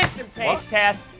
taste test.